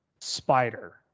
spider